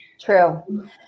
True